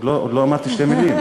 עוד לא אמרתי שתי מילים.